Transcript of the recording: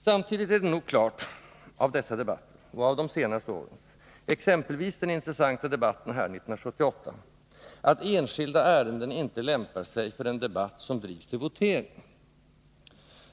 Samtidigt är det nog klart av dessa debatter, och av de senaste årens, exempelvis den intressanta debatten här 1978, att enskilda ärenden inte lämpar sig för en debatt, som drivs till votering.